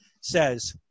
says